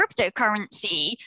cryptocurrency